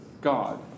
God